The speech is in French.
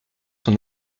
son